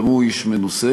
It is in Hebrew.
גם הוא איש מנוסה,